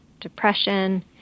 depression